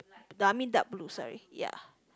I mean dark blue sorry ya